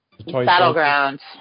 Battlegrounds